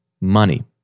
money